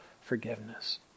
forgiveness